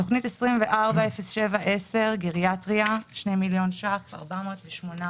בתוכנית 240710 גריאטריה, 2.408